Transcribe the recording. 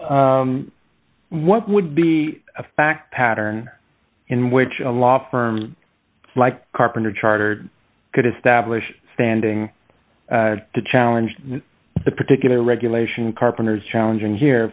what would be a fact pattern in which a law firm like carpenter chartered could establish standing to challenge the particular regulation carpenters challenging here